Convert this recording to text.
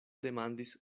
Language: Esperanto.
demandis